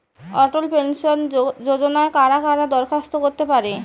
অটল pension যোজনায় কারা কারা দরখাস্ত করতে পারে?